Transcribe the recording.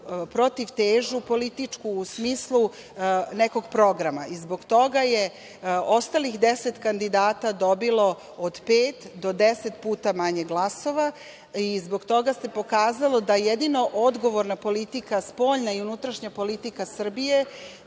protivtežu političku, u smislu nekog programa. Zbog toga je ostalih 10 kandidata dobilo od pet do 10 puta manje glasova, i zbog toga se pokazalo, da jedino odgovorna politika, spoljna i unutrašnja politika Srbije,